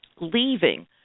Leaving